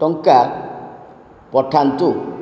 ଟଙ୍କା ପଠାନ୍ତୁ